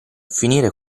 finire